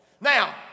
Now